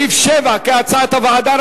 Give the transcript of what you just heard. סעיף 7, כהצעת הוועדה.